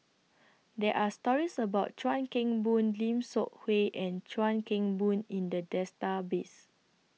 There Are stories about Chuan Keng Boon Lim Seok Hui and Chuan Keng Boon in The Database